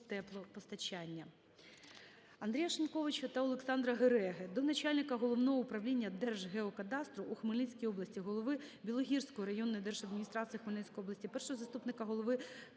Андрія Шиньковича та Олександра Гереги до начальника Головного управління Держгеокадастру у Хмельницькій області, голови Білогірської районної держадміністрації Хмельницької області, першого заступника голови